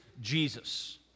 Jesus